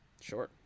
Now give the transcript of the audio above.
sure